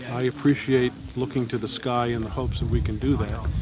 i appreciate looking to the sky in the hopes and we can do that.